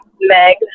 Meg